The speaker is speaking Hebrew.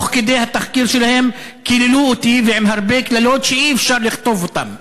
תוך כדי התחקיר שלי קיללו אותי בהרבה קללות שאי-אפשר לכתוב אותן.